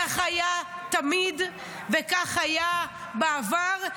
כך היה תמיד וכך היה בעבר.